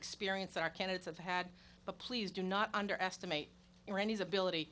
experience that our candidates of had but please do not underestimate iranis ability